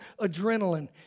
adrenaline